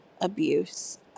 abuse